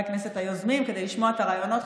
הכנסת היוזמים כדי לשמוע את הרעיונות,